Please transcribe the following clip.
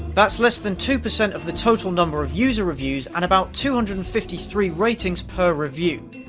that's less than two percent of the total number of user reviews and about two hundred and fifty three ratings per review